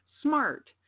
smart